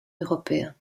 européen